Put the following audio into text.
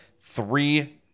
three